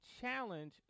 challenge